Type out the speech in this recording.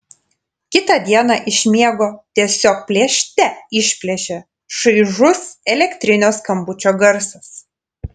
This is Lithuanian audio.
kitą dieną iš miego tiesiog plėšte išplėšia šaižus elektrinio skambučio garsas